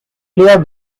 clear